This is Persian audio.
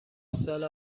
سال